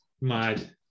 mad